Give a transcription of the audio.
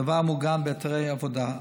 הדבר מעוגן בהיתרי העבודה,